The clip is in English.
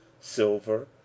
silver